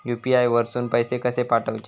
UPI वरसून पैसे कसे पाठवचे?